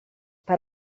per